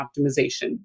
optimization